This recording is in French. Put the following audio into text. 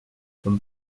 comme